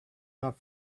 not